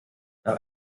nach